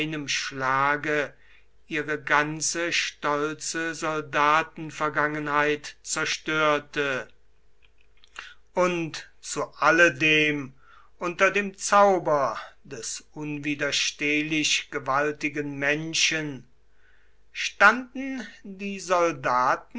schlage ihre ganze stolze soldatenvergangenheit zerstörte und zu alledem unter dem zauber des unwiderstehlich gewaltigen menschen standen die soldaten